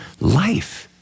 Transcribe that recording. life